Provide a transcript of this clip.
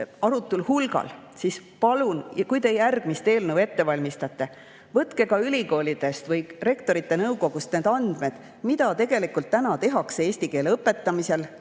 arutul hulgal, palun, et kui te järgmist eelnõu ette valmistate, võtke ka ülikoolidest või rektorite nõukogust andmed, mida tegelikult täna tehakse eesti keele õpetamisel,